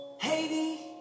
Haiti